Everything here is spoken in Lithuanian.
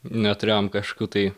neturėjom kažkokių tai